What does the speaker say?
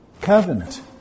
Covenant